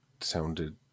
sounded